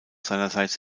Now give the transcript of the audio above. seinerseits